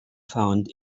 found